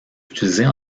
utilisées